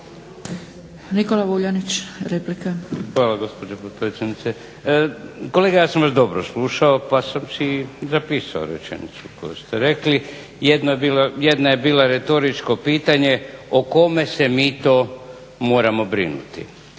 - Stranka rada)** Hvala gospođo potpredsjednice. Kolega ja sam vas dobro slušao pa sam si i zapisao rečenicu koju ste rekli, jedna je bila retoričko pitanje o kome se mi to moramo brinuti?